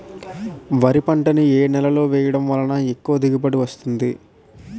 వరి పంట ని ఏ నేలలో వేయటం వలన ఎక్కువ దిగుబడి వస్తుంది?